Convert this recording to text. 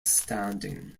standing